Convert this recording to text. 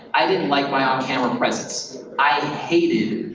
i didn't like my on-camera presence. i hated,